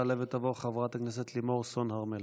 תעלה ותבוא חברת הכנסת לימור סון הר מלך.